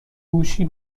گوشی